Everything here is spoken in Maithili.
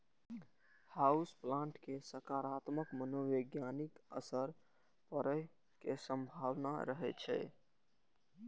हाउस प्लांट के सकारात्मक मनोवैज्ञानिक असर पड़ै के संभावना रहै छै